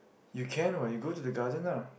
you can what you go to the garden lah